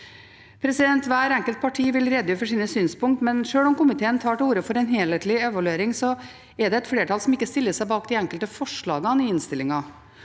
Hvert enkelt parti vil redegjøre for sine synspunkt, men sjøl om komiteen tar til orde for en helhetlig evaluering, er det et flertall som ikke stiller seg bak de enkelte forslagene i innstillingen.